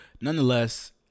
Nonetheless